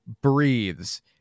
breathes